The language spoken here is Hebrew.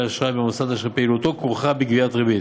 אשראי במוסד אשר פעילותו כרוכה בגביית ריבית.